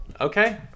Okay